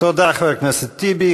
תודה, חבר הכנסת טיבי.